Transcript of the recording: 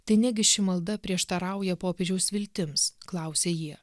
tai negi ši malda prieštarauja popiežiaus viltims klausia jie